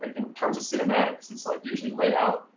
in terms of cinematics, it's like usually like yeah